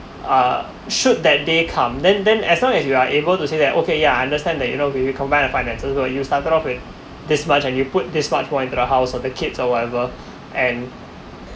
uh should that day come then then as long as you are able to say that okay yeah I understand that you know if we combine the finances will you started off with this much and you put this much more into the house or the kids or whatever and